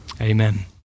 amen